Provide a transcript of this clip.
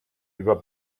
über